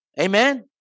Amen